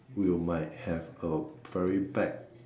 will might have a very bad